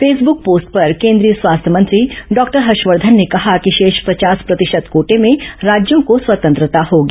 Facebook post पर केंद्रीय स्वास्थ्य मंत्री डॉक्टर हर्षवर्धन ने कहा कि शेष पर्वास प्रतिशत कोटे में राज्यों को स्वतंत्रता होगी